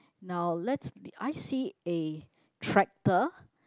now let's may I see a tractor